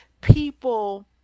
people